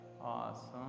awesome